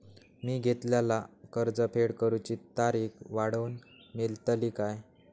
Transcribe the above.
मी घेतलाला कर्ज फेड करूची तारिक वाढवन मेलतली काय?